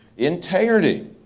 integrity.